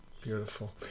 Beautiful